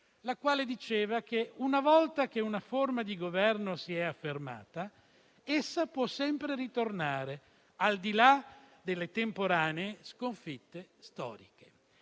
la quale diceva che una volta che una forma di governo si è affermata essa può sempre ritornare, al di là delle temporanee sconfitte storiche.